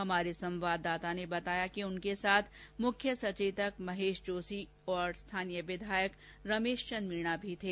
हमारे संवाददाता ने बताया कि उनके साथ मुख्य सचेतक महेश जोशी और स्थानीय विधायक रमेश चंद मीणा भी थे